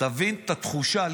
תבין את התחושה.